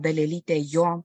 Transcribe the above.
dalelytę jo